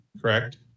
correct